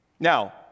Now